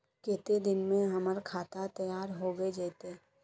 केते दिन में हमर खाता तैयार होबे जते?